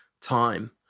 time